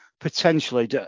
potentially